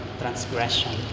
transgression